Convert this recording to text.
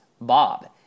Bob